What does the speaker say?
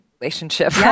relationship